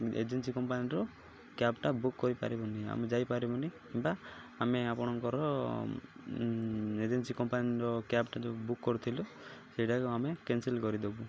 agency କମ୍ପାନୀର କ୍ୟାବ୍ଟା book କରିପାରିବୁନି ଆମେ ଯାଇପାରିବୁନି କିମ୍ବା ଆମେ ଆପଣଙ୍କର ଏଜେନ୍ସି କମ୍ପାନୀର କ୍ୟାବ୍ଟା ଯେଉଁ ବୁକ୍ କରିଥିଲୁ ସେଇଟାକୁ ଆମେ କ୍ୟାନସଲ କରିଦେବୁ